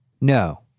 No